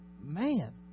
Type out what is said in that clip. man